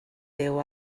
déu